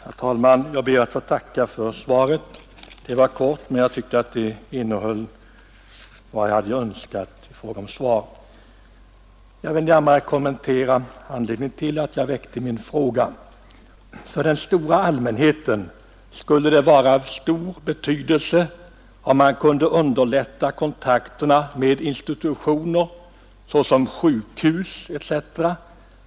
Herr talman! Jag ber att få tacka för svaret på min fråga — det var kort men jag tycker att det innehöll vad jag önskat i fråga om svar. Jag vill gärna kommentera anledningen till att jag väckte min fråga. För den stora allmänheten skulle det vara av stor betydelse om man kunde underlätta kontakterna med institutioner såsom sjukhus etc.